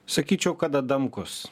sakyčiau kad adamkus